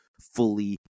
fully